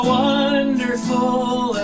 wonderful